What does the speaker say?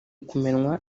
kumenywa